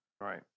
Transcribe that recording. right